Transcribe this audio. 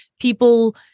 people